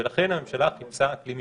ולכן הממשלה חיפשה כלי משפטי.